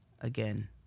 again